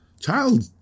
Child